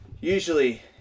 usually